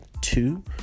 two